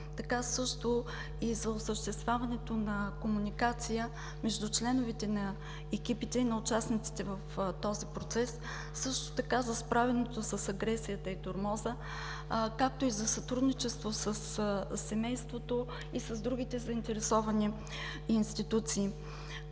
така също и за осъществяването на комуникация между членовете на екипите и на участниците в този процес, също така за справянето с агресията и тормоза, както и за сътрудничество със семейството и с другите заинтересовани институции.